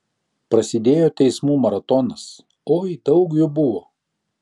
prasidėjo teismų maratonas oi daug jų buvo